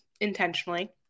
intentionally